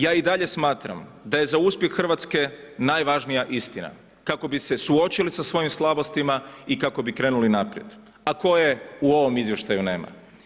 Ja i dalje smatram da je za uspjeh Hrvatske najvažnija istina kako bi se suočili sa svojim slabostima i kako bi krenuli naprijed, a koje u ovom izvještaju nema.